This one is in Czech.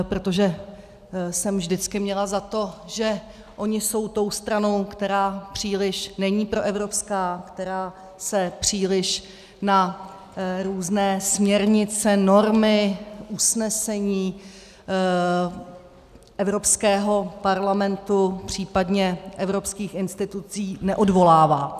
Protože jsem vždycky měla za to, že oni jsou tou stranou, která příliš není proevropská, která se příliš na různé směrnice, normy, usnesení Evropského parlamentu, případně evropských institucí neodvolává.